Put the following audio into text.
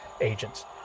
agents